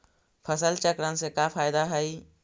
फसल चक्रण से का फ़ायदा हई?